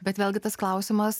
bet vėlgi tas klausimas